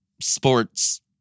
sports